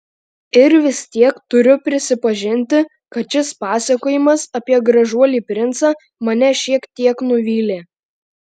ir vis tiek turiu prisipažinti kad šis pasakojimas apie gražuolį princą mane šiek tiek nuvylė